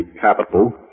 Capital